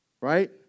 right